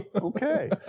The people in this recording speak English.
okay